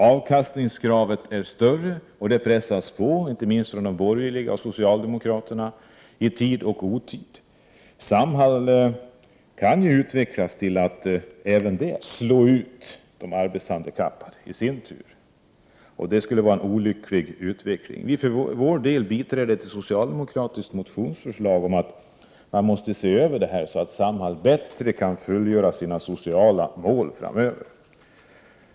Avkastningskravet är större, och det pressas på inte minst från de borgerliga partierna och socialdemokraterna i tid och otid. Samhall kan ju utvecklas till att även det i sin tur slå ut de arbetshandikappade. Det skulle vara en olycklig utveckling. För vår del biträder vi ett socialdemokratiskt motionsförslag om att man måste se över förhållandena, så att Samhall bättre kan uppnå sina sociala mål framöver.